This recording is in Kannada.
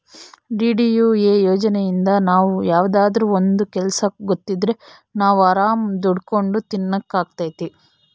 ಡಿ.ಡಿ.ಯು.ಎ ಯೋಜನೆಇಂದ ನಾವ್ ಯಾವ್ದಾದ್ರೂ ಒಂದ್ ಕೆಲ್ಸ ಗೊತ್ತಿದ್ರೆ ನಾವ್ ಆರಾಮ್ ದುಡ್ಕೊಂಡು ತಿನಕ್ ಅಗ್ತೈತಿ